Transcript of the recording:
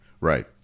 Right